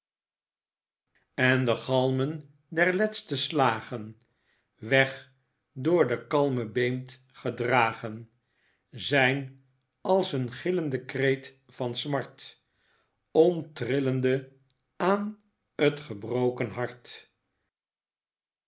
en de galmen der leste slagen weg door den kalmen beemd gedragen zijn als een gillende kreet van smart onttrillende aan t gebroken hart